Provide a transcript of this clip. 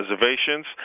reservations